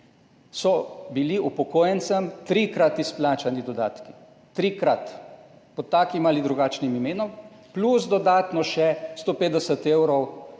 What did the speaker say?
so bili upokojencem trikrat izplačani dodatki, trikrat pod takim ali drugačnim imenom, plus še dodatno 150 evrov